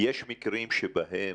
מקרים בהם